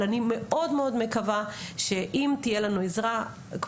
אני מקווה שאם תהיה לנו עזרה,